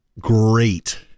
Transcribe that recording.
great